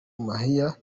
mahia